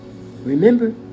remember